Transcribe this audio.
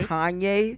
Kanye